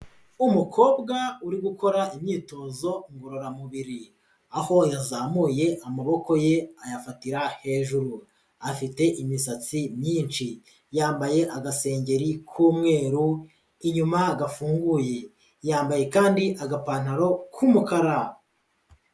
Umukobwa uri gukora imyitozo ngororamubiri, aho yazamuye amaboko ye ayafatira hejuru, afite imisatsi myinshi, yambaye agasengeri k'umweru inyuma gafunguye, yambaye kandi agapantaro k'umukara.